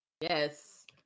Yes